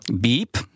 Beep